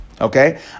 Okay